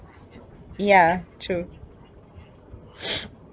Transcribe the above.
ya true